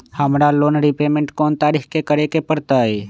हमरा loan repayment कोन तारीख के करे के परतई?